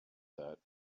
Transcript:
that